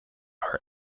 are